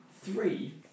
three